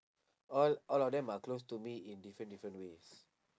all all of them are close to me in different different ways